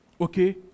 okay